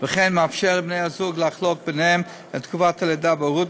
וכן מאפשר לבני זוג לחלוק ביניהם את תקופת הלידה וההורות,